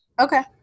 Okay